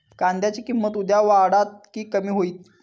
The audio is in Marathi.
कांद्याची किंमत उद्या वाढात की कमी होईत?